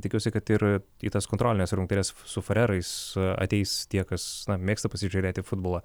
tikiuosi kad ir į tas kontrolines rungtynes su farerais ateis tie kas na mėgsta pasižiūrėti futbolą